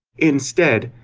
instead,